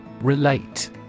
Relate